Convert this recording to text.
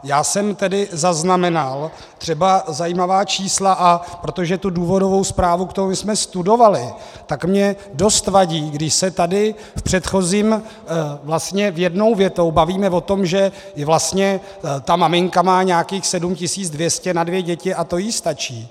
Já jsem tedy zaznamenal třeba zajímavá čísla, a protože tu důvodovou zprávu k tomu jsme studovali, tak mně dost vadí, když se tady v předchozím... vlastně jednou větou, bavíme o tom, že vlastně ta maminka má nějakých 7 200 na dvě děti a to jí stačí.